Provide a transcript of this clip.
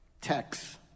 text